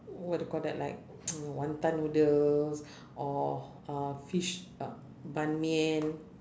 what do you call that like wanton noodles or uh fish uh ban mian